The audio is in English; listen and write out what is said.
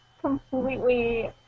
completely